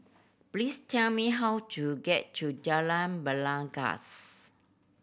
please tell me how to get to Jalan Belangkas